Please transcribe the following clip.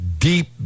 Deep